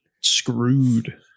screwed